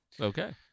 Okay